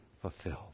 fulfilled